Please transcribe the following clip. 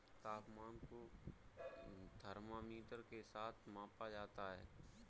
तापमान को थर्मामीटर के साथ मापा जाता है